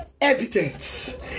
Evidence